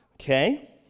Okay